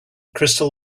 crystal